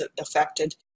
affected